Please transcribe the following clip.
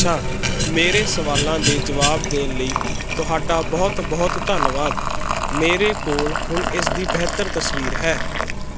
ਅੱਛਾ ਮੇਰੇ ਸਵਾਲਾਂ ਦੇ ਜਵਾਬ ਦੇਣ ਲਈ ਤੁਹਾਡਾ ਬਹੁਤ ਬਹੁਤ ਧੰਨਵਾਦ ਮੇਰੇ ਕੋਲ ਹੁਣ ਇਸਦੀ ਬਿਹਤਰ ਤਸਵੀਰ ਹੈ